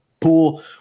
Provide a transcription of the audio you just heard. pool